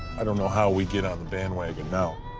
i don't know how we get on the bandwagon now.